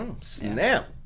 snap